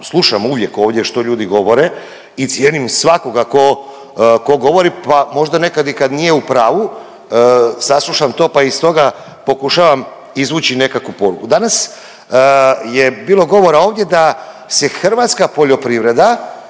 slušam uvijek ovdje što ljudi govore i cijenim svakoga ko, ko govori, pa možda nekad i kad nije u pravu saslušam to, pa iz toga pokušavam izvući nekakvu poruku. Danas je bilo govora ovdje da se hrvatska poljoprivreda